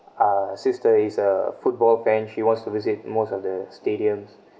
uh sister is a football fan she wants to visit most of the stadiums